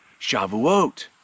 Shavuot